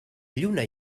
lluna